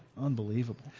Unbelievable